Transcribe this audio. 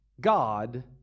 God